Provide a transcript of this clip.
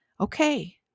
okay